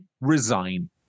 resign